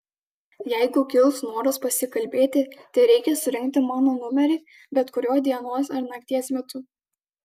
jeigu kils noras pasikalbėti tereikia surinkti mano numerį bet kuriuo dienos ar nakties metu